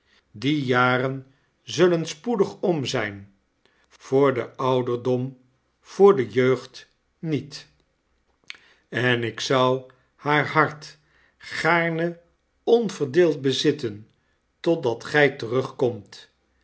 die ren zullen spoedig om zyn voor den ouderdom voor de jeugd niet fl en ik zou haar t gaarne onverdeeld bezitten totdat gy terugt